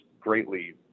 greatly